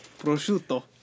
Prosciutto